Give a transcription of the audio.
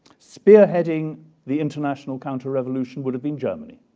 spearheading the international counterrevolution would have been germany,